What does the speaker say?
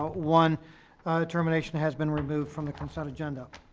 one termination has been removed from the consent agenda.